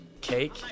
Cake